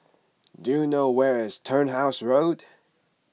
do you know where is Turnhouse Road